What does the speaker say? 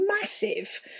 massive